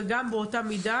וגם באותה מידה,